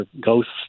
ghosts